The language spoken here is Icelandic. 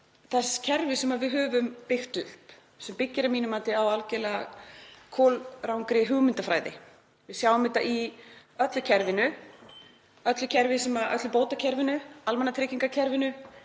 þess kerfis sem við höfum byggt upp og byggir að mínu mati á algjörlega kolrangri hugmyndafræði. Við sjáum þetta í öllu kerfinu, öllu bótakerfinu og almannatryggingakerfinu